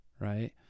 right